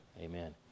amen